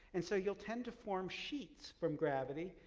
and so you'll tend to form sheets from gravity.